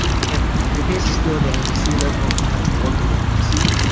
kim, if your case is still in the nvc level, you have to work with nvc.